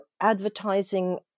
advertising